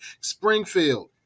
Springfield